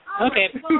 Okay